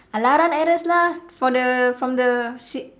!alah! run errands lah for the from the si~